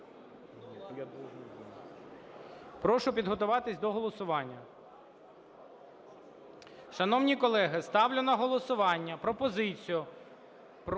Прошу підготуватись до голосування. Шановні колеги, ставлю на голосування пропозицію